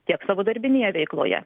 tiek savo darbinėje veikloje